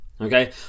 Okay